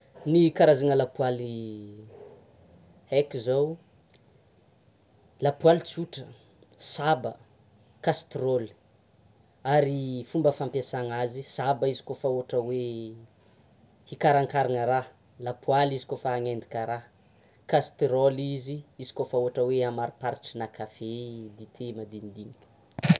Ny karazana lapoaly haiko zao; lapoaly tsotra, saba, kastrôly ary fomba fampiasana azy saba izy kôfa ohatra hoe hikarankarana raha, lapoaly izy kôfa hoe hanendaka raha, kastrôly izy kôfa ohatra hoe hamariparitry na kafe, dité madinidiniky.